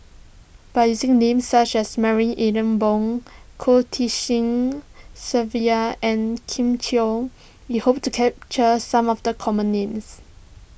by using names such as Marie Ethel Bong Goh Tshin Sylvia and Kin Chui we hope to capture some of the common names